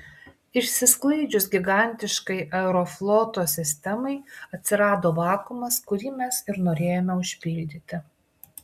išsiskaidžius gigantiškai aerofloto sistemai atsirado vakuumas kurį mes ir norėjome užpildyti